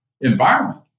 environment